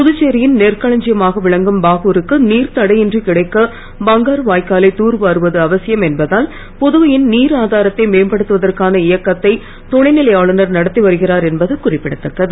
புதுச்சேரியின் நெற்களஞ்சியமாக விளங்கும் பாகூருக்கு நீர் தடையின்றி கிடைக்க பங்காரு வாய்க்காலை தூர்வாருவது அவசியம் என்பதால் புதுவையின் நீர் அதாரத்தை மேம்படுத்துவதற்கான இயக்கத்தை துணைநிலை ஆளுநர் நடத்தி வருகிறார் என்பது குறிப்பிடத்தக்கது